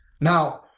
Now